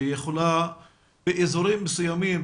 שיכולה באזורים מסוימים,